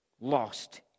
lost